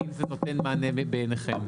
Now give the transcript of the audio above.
האם זה נותן מענה בעיניכם?